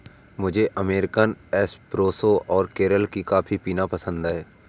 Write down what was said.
मुझे American espresso और केरल की कॉफी पीना पसंद है